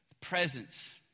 presence